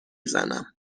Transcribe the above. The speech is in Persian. زنم